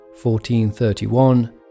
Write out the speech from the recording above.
1431